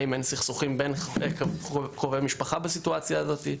האם אין סכסוכים בין קרובי משפחה בסיטואציה הזאת.